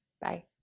Bye